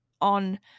on